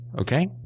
Okay